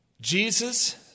Jesus